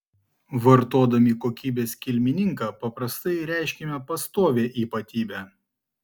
vartodami kokybės kilmininką paprastai reiškiame pastovią ypatybę